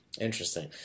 Interesting